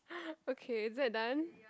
okay is it done